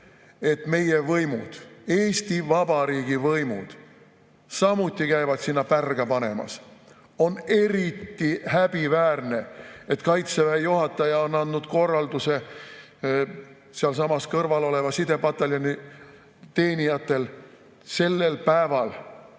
et meie võimud, Eesti Vabariigi võimud samuti käivad sinna pärga panemas. On eriti häbiväärne, et Kaitseväe juhataja andis korralduse sealsamas kõrval oleva sidepataljoni teenijatel sellel päeval